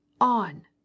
On